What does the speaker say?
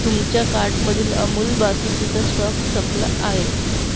तुमच्या कार्टमधील अमूल बासुंदीचा स्टॉक संपला आहे